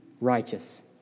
righteous